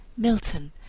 milton,